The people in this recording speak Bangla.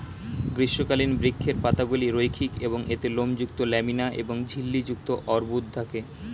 গ্রীষ্মকালীন বৃক্ষের পাতাগুলি রৈখিক এবং এতে লোমযুক্ত ল্যামিনা এবং ঝিল্লি যুক্ত অর্বুদ থাকে